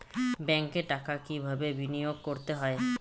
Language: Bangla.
ব্যাংকে টাকা কিভাবে বিনোয়োগ করতে হয়?